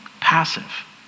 passive